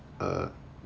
uh